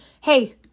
Hey